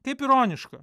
kaip ironiška